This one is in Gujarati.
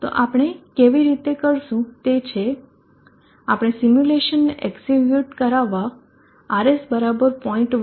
તો આપણે કેવી રીતે કરીશું તે છે આપણે સિમ્યુલેશનને એક્ઝીક્યુટ કરાવા RS બરાબર 0